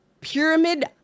Pyramid